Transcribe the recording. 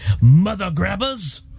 mother-grabbers